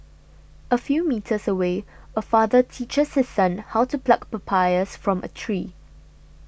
a few metres away a father teaches his son how to pluck papayas from a tree